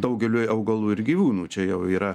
daugeliui augalų ir gyvūnų čia jau yra